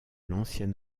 l’ancien